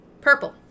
Purple